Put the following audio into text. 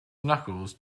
knuckles